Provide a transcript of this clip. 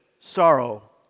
sorrow